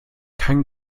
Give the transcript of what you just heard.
kein